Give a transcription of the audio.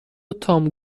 تام